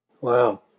Wow